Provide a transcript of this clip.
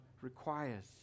requires